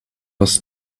was